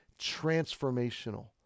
transformational